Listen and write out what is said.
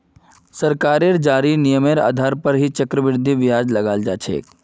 सरकारेर जारी नियमेर आधार पर ही चक्रवृद्धि ब्याज लगाल जा छे